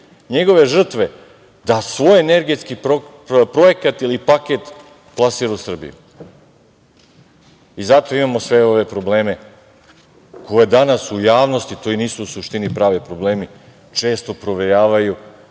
njegove žrtve da svoj energetski projekat ili paket plasira u Srbiji. Zato imamo sve ove probleme koje danas u javnosti, to u suštini nisu pravi problemi, često provejavaju,